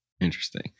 Interesting